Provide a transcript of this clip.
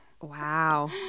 Wow